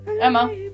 emma